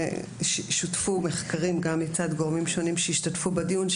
שותפו מחקרים גם מצד גורמים שונים שהשתתפו בדיון,